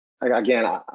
again